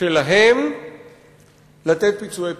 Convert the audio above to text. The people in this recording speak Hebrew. שלהם לתת פיצויי פיטורים.